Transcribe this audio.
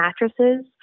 mattresses